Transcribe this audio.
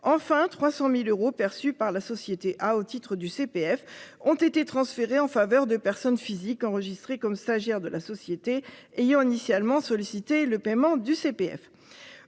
enfin 300.000 euros perçus par la société à au titre du CPF ont été transférés en faveur de personnes physiques enregistré comme stagiaire de la société ayant initialement sollicité le paiement du CPF.